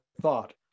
thought